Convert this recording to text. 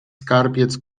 skarbiec